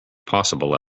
possible